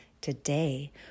Today